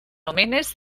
omenez